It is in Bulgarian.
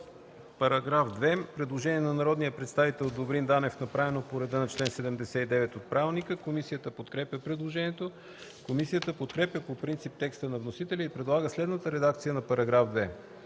оттеглено. Предложение на народния представител Георги Свиленски, направено по реда на чл. 79 от правилника. Комисията подкрепя предложението. Комисията подкрепя по принцип текста на вносителя и предлага следната редакция за чл.